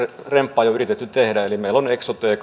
remppaa jo yritetty tehdä eli meillä on eksote